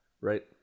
right